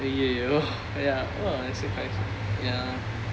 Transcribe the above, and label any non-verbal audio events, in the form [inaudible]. !aiyoyo! [noise] ya !wah! actually quite ya